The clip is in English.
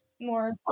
more